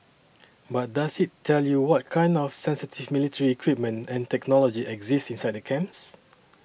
but does it tell you what kind of sensitive military equipment and technology exist inside camps